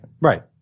Right